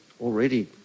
already